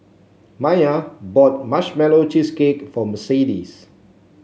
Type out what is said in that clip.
Maiya bought Marshmallow Cheesecake for Mercedes